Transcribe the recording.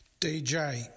DJ